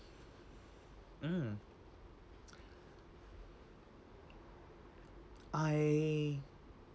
mm I